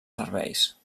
serveis